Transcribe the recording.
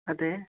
അതേ